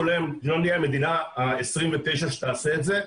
לא נהיה המדינה ה-29 שתעשה את זה,